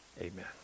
Amen